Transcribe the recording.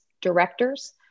directors